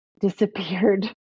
disappeared